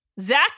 Zach